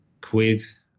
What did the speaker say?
quiz